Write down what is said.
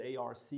ARC